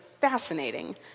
fascinating